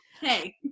hey